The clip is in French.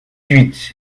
huit